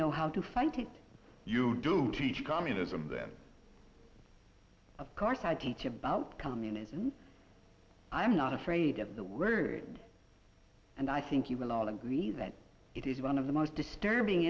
know how to fight you do teach communism that of course i teach about communism i'm not afraid of the word and i think you will all agree that it is one of the most disturbing